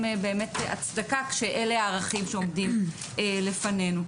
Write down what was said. באמת הצדקה כשאלה הערכים שעומדים לפנינו.